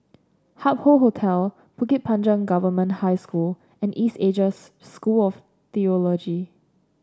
Hup Hoe Hotel Bukit Panjang Government High School and East Asia School of Theology